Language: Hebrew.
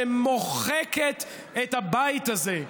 שמוחקת את הבית הזה,